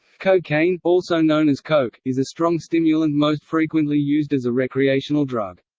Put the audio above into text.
cocaine, also known as coke, is a strong stimulant most frequently used as a recreational drug.